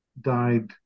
died